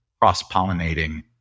cross-pollinating